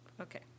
Okay